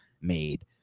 made